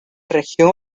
región